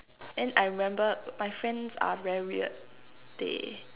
then I remember my friends are very weird they